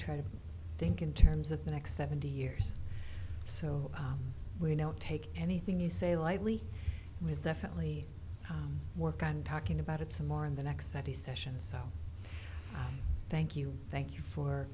try to think in terms of the next seventy years so we know take anything you say lightly we've definitely work on talking about it some more in the next sunday session so thank you thank you for